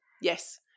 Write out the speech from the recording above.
Yes